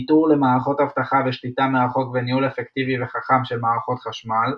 ניטור למערכות אבטחה ושליטה מרחוק וניהול אפקטיבי וחכם של מערכות חשמל.